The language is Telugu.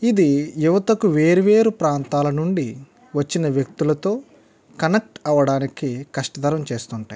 ఇది యువతకు వేరు వేరు ప్రాంతాలనుండి వచ్చిన వ్యక్తులతో కనక్ట్ అవ్వటానికి కష్టతరం చేస్తుంటాయి